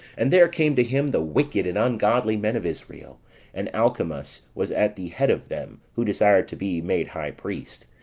and there came to him the wicked and ungodly men of israel and alcimus was at the head of them, who desired to be made high priest.